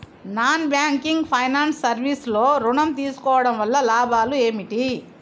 Non banking finance service లో ఋణం తీసుకోవడం వల్ల లాభాలు ఏమిటి?